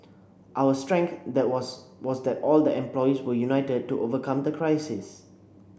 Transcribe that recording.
our strength that was was that all the employees were united to overcome the crisis